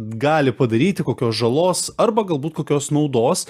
gali padaryti kokios žalos arba galbūt kokios naudos